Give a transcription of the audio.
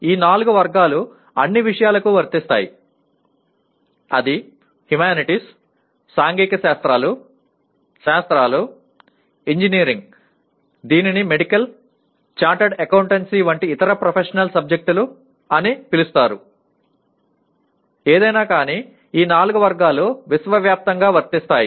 ఈ నాలుగు వర్గాలు అన్ని విషయాలకు వర్తిస్తాయి అది హ్యుమానిటీస్ సాంఘిక శాస్త్రాలు శాస్త్రాలు ఇంజనీరింగ్ దీనిని మెడికల్ చార్టర్డ్ అకౌంటెన్సీ వంటి ఇతర ప్రొఫెషనల్ సబ్జెక్టులు అని పిలుస్తారు ఏదైనా కానీ ఈ నాలుగు వర్గాలు విశ్వవ్యాప్తంగా వర్తిస్తాయి